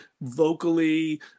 vocally